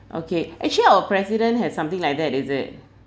okay actually our president has something like that is it